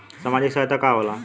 सामाजिक सहायता का होला?